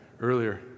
earlier